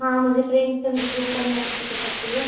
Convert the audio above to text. हाँ मुझे प्रेमचन्द्र के उपन्यास की किताब चाहिए